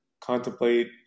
contemplate